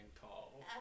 tall